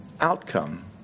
outcome